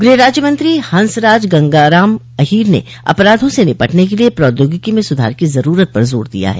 गृह राज्य मंत्री हंसराज गंगाराम अहीर ने अपराधों से निपटने के लिए प्रौद्योगिकी में सुधार की जरूरत पर जोर दिया है